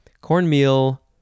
Cornmeal